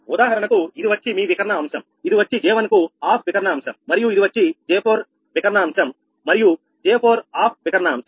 ఉదాహరణకు ఇది వచ్చి మీ వికర్ణ అంశం ఇది వచ్చి J1 కు ఆఫ్ వికర్ణ అంశం మరియు ఇది వచ్చి J4 వికర్ణ అంశం మరియు J4 ఆఫ్ వికర్ణ అంశం